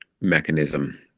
mechanism